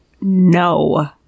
no